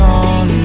on